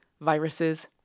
viruses